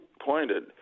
pointed